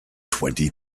twenty